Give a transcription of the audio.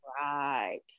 Right